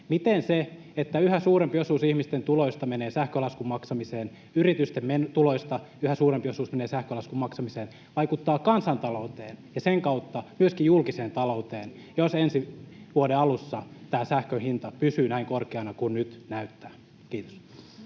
miten se, että yhä suurempi osuus ihmisten tuloista menee sähkölaskun maksamiseen ja yritysten tuloista yhä suurempi osuus menee sähkölaskun maksamiseen, vaikuttaa kansantalouteen ja sen kautta myöskin julkiseen talouteen, jos ensi vuoden alussa sähkön hinta pysyy näin korkeana, niin kuin nyt näyttää? — Kiitos.